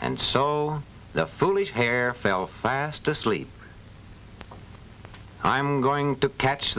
and so the foolish hair fell fast asleep i'm going to catch